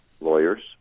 lawyers